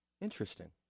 Interesting